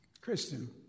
Kristen